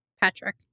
Patrick